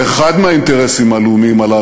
ואחד האינטרסים הלאומיים האלה